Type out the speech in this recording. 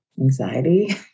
Anxiety